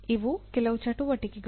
ಇವು ಕೆಲವು ಚಟುವಟಿಕೆಗಳು